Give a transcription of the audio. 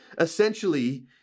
Essentially